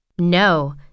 No